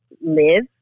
live